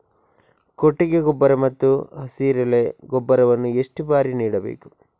ಕೊಟ್ಟಿಗೆ ಗೊಬ್ಬರ ಮತ್ತು ಹಸಿರೆಲೆ ಗೊಬ್ಬರವನ್ನು ಎಷ್ಟು ಬಾರಿ ನೀಡಬೇಕು?